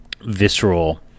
visceral